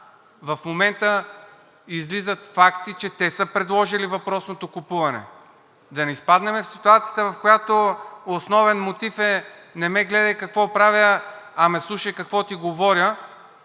в момента излизат факти, че те са предложили въпросното купуване? Да не изпаднем в ситуацията, в която основен мотив е: не ме гледай какво правя, а ме слушай какво ти говоря,